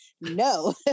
no